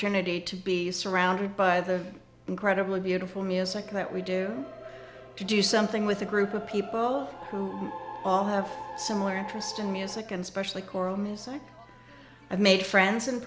paternity to be surrounded by the incredibly beautiful music that we do to do something with a group of people who all have similar interest in music and specially choral music and made friends